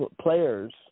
players